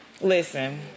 listen